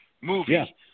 movie